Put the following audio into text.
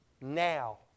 now